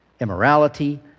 immorality